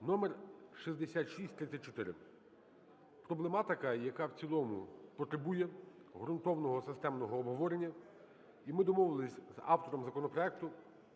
(№ 6634). Проблематика, яка в цілому потребує ґрунтовного й системного обговорення. І ми домовилися з автором законопроекту,